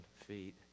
feet